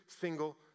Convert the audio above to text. single